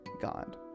God